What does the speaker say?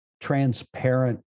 transparent